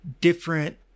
different